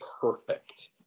perfect